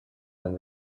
and